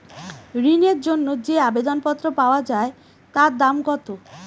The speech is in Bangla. ঋণের জন্য যে আবেদন পত্র পাওয়া য়ায় তার দাম কত?